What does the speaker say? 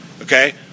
okay